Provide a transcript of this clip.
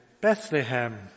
Bethlehem